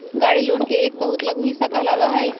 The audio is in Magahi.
गाड़ी लोन के एक बहुत लघु हिस्सा कहलावा हई